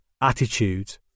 Attitude